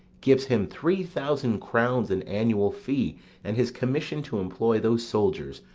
gives him three thousand crowns in annual fee and his commission to employ those soldiers,